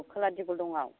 खोलाहा दिगलदंआव